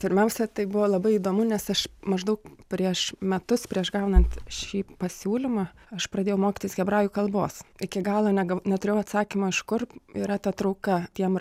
pirmiausia tai buvo labai įdomu nes aš maždaug prieš metus prieš gaunant šį pasiūlymą aš pradėjau mokytis hebrajų kalbos iki galo negav neturėjau atsakymo iš kur yra ta trauka tiem